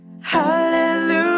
Hallelujah